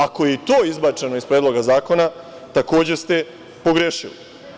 Ako je i to izbačeno iz Predloga zakona, takođe ste pogrešili.